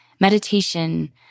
Meditation